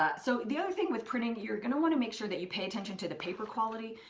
ah so the other thing with printing, you're gonna wanna make sure that you pay attention to the paper quality.